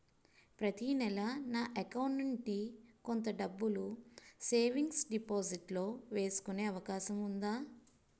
ప్రతి నెల నా అకౌంట్ నుండి కొంత డబ్బులు సేవింగ్స్ డెపోసిట్ లో వేసుకునే అవకాశం ఉందా?